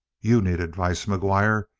you need advice, mcguire.